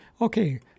Okay